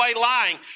lying